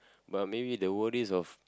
but maybe the worries of